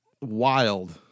wild